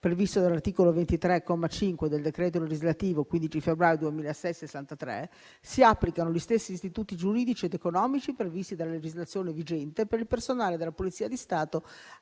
prevista dall'articolo 23, comma 5, del decreto legislativo 15 febbraio 2006 n. 63, si applicano gli stessi istituti giuridici ed economici previsti dalla legislazione vigente per il personale della Polizia di Stato